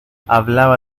hablaba